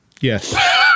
yes